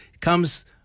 comes